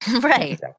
Right